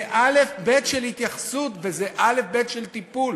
זה אלף-בית של התייחסות וזה אלף-בית של טיפול.